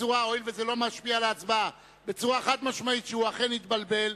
בצורה חד-משמעית שהוא אכן התבלבל.